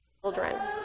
children